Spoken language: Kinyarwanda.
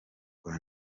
rwa